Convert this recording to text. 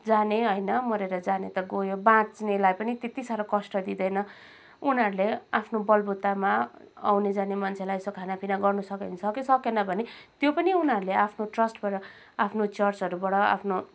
जाने होइन मरेर जाने त गयो बाँच्नेलाई पनि त्यति साह्रो कष्ट दिँदैन उनीहरूले आफ्नो बलबुतामा आउने जाने मान्छेलाई यसो खानापिना गर्नुसक्यो भने सक्यो सकेन भने त्यो पनि उनीहरूले आफ्नो ट्रस्टबाट आफ्नो चर्चहरूबाट आफ्नो